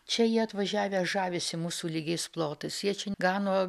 čia jie atvažiavę žavisi mūsų lygiais plotais jie čia gano